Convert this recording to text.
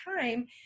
time